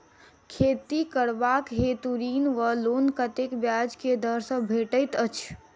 खेती करबाक हेतु ऋण वा लोन कतेक ब्याज केँ दर सँ भेटैत अछि?